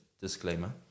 disclaimer